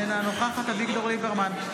אינה נוכחת אביגדור ליברמן,